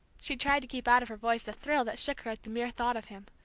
she tried to keep out of her voice the thrill that shook her at the mere thought of him.